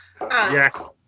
Yes